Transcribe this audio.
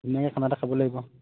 ধুনীয়াকৈ খানা এটা খাব লাগিব